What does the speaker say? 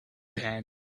pen